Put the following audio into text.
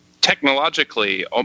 technologically